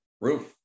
Roof